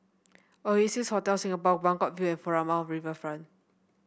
Oasia Hotel Singapore Buangkok View and Furama Riverfront